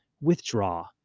withdraw